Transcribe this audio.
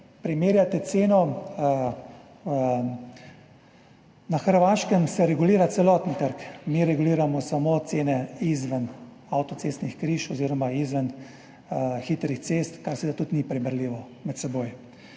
razlika je. Na Hrvaškem se regulira celoten trg, mi reguliramo samo cene izven avtocestnih križev oziroma izven hitrih cest, kar seveda tudi ni primerljivo med seboj.